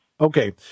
Okay